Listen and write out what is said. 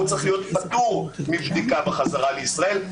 הוא צריך להיות פטור מבדיקה בחזרה לישראל.